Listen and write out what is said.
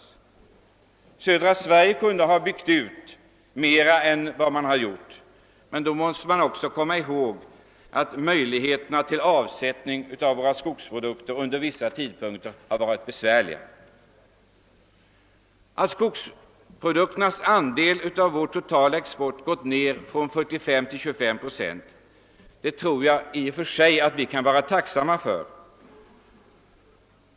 I södra Sverige kunde man ha byggt ut mer än vad som varit fallet. Men vi måste komma ihåg att avsättningsförhållandena när det gäller våra skogsprodukter under vissa tider varit besvärliga. Att skogsprodukternas andel av vår totala export gått ned från 45 till 25 procent tror jag att vi kan vara tacksamma för.